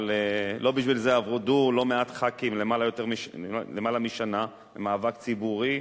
אבל לא בשביל זה עבדו לא מעט ח"כים למעלה משנה במאבק ציבורי.